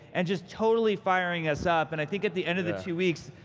and just totally firing us up. and i think, at the end of the two weeks,